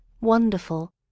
Wonderful